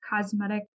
cosmetic